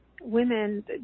women